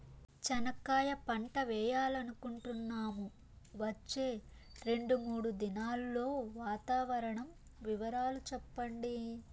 చెనక్కాయ పంట వేయాలనుకుంటున్నాము, వచ్చే రెండు, మూడు దినాల్లో వాతావరణం వివరాలు చెప్పండి?